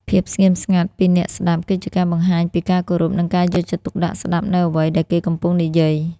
ភាពស្ងៀមស្ងាត់ពីអ្នកស្តាប់គឺជាការបង្ហាញពីការគោរព និងការយកចិត្តទុកដាក់ស្តាប់នូវអ្វីដែលគេកំពុងនិយាយ។